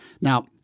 Now